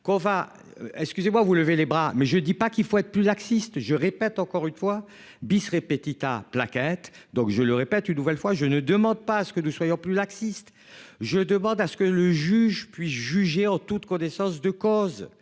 qu'on va. Excusez-moi vous lever les bras mais je ne dis pas qu'il faut être plus laxiste, je répète encore une fois. Bis répétita plaquettes donc je le répète une nouvelle fois, je ne demande pas à ce que nous soyons plus laxiste, je demande à ce que le juge puisse juger en toute connaissance de cause.